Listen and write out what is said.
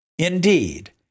Indeed